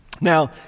Now